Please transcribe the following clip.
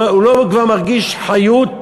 הוא לא כבר מרגיש חיות,